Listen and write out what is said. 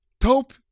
Top